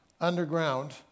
underground